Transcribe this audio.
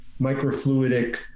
microfluidic